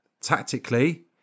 tactically